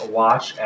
watch